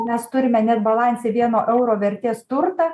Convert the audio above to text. mes turime net balanse vieno euro vertės turtą